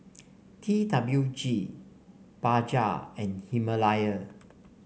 T W G Bajaj and Himalaya